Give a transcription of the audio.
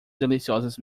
deliciosas